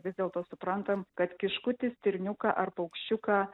vis dėlto suprantam kad kiškutį stirniuką ar paukščiuką